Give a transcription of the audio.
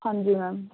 ਹਾਂਜੀ ਮੈਮ